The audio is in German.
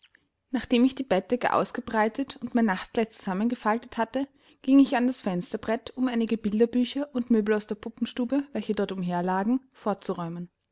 nachdem ich die bettdecke ausgebreitet und mein nachtkleid zusammengefaltet hatte ging ich an das fensterbrett um einige bilderbücher und möbel aus der puppenstube welche dort umherlagen fortzuräumen